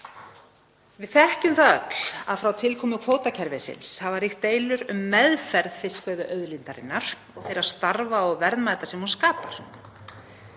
Við þekkjum það öll að frá tilkomu kvótakerfisins hafa ríkt deilur um meðferð fiskveiðiauðlindarinnar og þeirra starfa og verðmæta sem hún skapar.